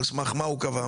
ועל סמך מה הוא קבע.